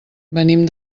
venim